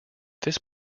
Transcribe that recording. this